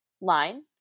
line